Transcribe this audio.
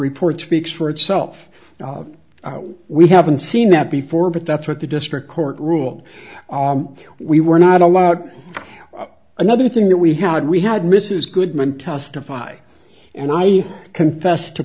reports speaks for itself we haven't seen that before but that's what the district court ruled we were not allowed another thing that we had we had mrs goodman testify and i confess to